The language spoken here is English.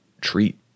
treat